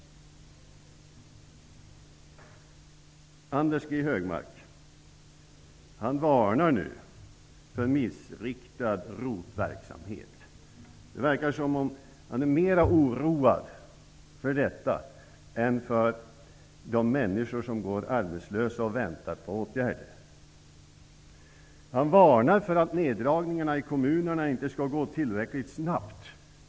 Anders G Högmark varnar för missriktad ROT verksamhet. Det verkar som om han är mer oroad för detta än för de människor som går arbetslösa och väntar på åtgärder. Han varnar för att neddragningarna i kommunerna inte skall gå tillräckligt snabbt.